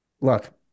look